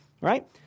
right